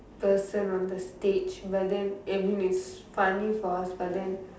the person on the stage but then I mean it's funny for us but then